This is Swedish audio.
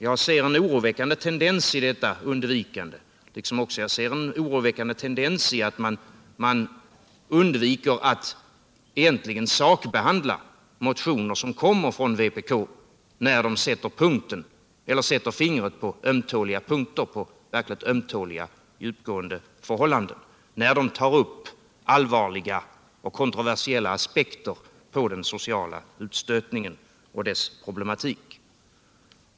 Jag ser en oroväckande tendens i detta undvikande, liksom jag också ser en oroväckande tendens i att man undviker att egentligen sakbehandla motioner som kommer från vpk när dessa sätter fingret på ömtåliga punkter, på särskilt ömtåliga djupgående förhållanden, och när de tar upp allvarliga och kontroversiella aspekter på den sociala utstötningen och dess problematik.